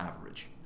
average